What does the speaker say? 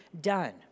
done